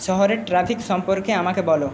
শহরের ট্রাফিক সম্পর্কে আমাকে বলো